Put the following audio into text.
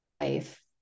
life